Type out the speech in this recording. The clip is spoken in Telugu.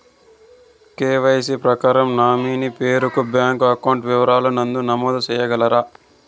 కె.వై.సి ప్రకారం నామినీ పేరు ను బ్యాంకు అకౌంట్ వివరాల నందు నమోదు సేయగలరా?